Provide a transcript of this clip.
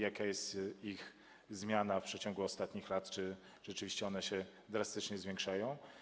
Jaka jest ich zmiana w przeciągu ostatnich lat i czy rzeczywiście one się drastycznie zwiększają?